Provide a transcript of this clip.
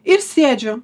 ir sėdžiu